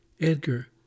Edgar